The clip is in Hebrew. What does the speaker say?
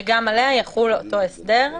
שגם עליה יחול אותו הסדר,